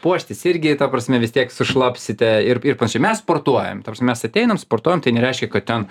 puoštis irgi ta prasme vis tiek sušlapsite ir ir pavyzdžiui mes sportuojam ta prasme mes ateinam sportuojam ten nereiškia kad ten